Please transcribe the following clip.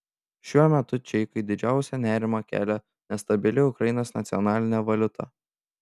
šiuo metu čeikai didžiausią nerimą kelia nestabili ukrainos nacionalinė valiuta